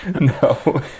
No